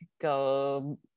go